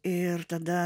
ir tada